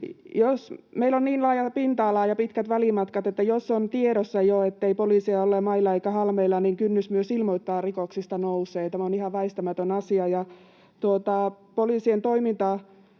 Meillä on niin laaja pinta-ala ja pitkät välimatkat, että jos on tiedossa jo, ettei poliiseja ole mailla eikä halmeilla, niin myös kynnys ilmoittaa rikoksista nousee. Tämä on ihan väistämätön asia. Poliisien